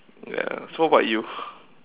ya so what about you